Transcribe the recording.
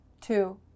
two